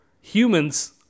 humans